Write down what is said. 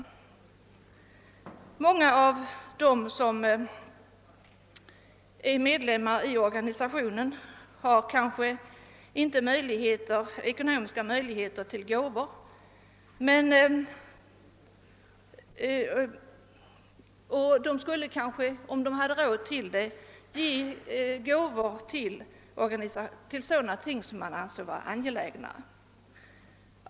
Många organisationsmedlemmar har inga ekonomiska möjligheter att skänka gåvor, men om de hade råd skulle de förmodligen ge till sådana ändamål som de ansåg vara angelägna.